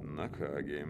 na ką gi